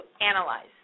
analyze